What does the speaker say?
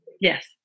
yes